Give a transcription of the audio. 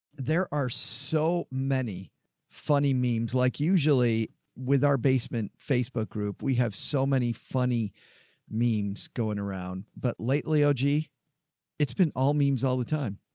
there are so many funny memes, like usually with our basement facebook group, we have so many funny means going around, but lately oji it's been all memes all the time.